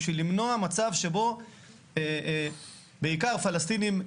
בשביל למנוע מצב שבו בעיקר פלסטינים,